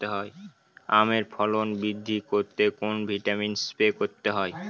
আমের ফলন বৃদ্ধি করতে কোন ভিটামিন স্প্রে করতে হয়?